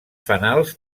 fanals